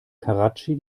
karatschi